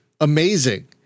amazing